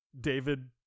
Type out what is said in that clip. David